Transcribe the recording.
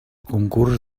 concurs